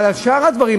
אבל על שאר הדברים,